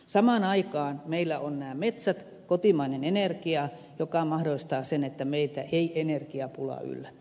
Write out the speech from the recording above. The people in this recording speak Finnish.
samaan aikaan meillä on nämä metsät kotimainen energia joka mahdollistaa sen että meitä ei energiapula yllätä